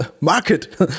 market